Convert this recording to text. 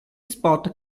spot